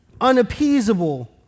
unappeasable